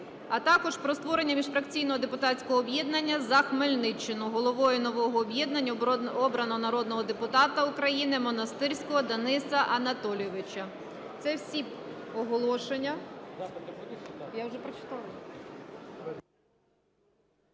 А також про створення міжфракційного депутатського об'єднання "За Хмельниччину". Головою нового об'єднання обраного народного депутата України Монастирського Дениса Анатолійовича. Це всі оголошення.